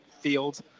field